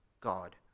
God